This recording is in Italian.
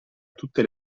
tutte